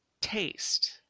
taste